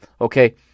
okay